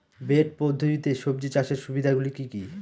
Bed পদ্ধতিতে সবজি চাষের সুবিধাগুলি কি কি?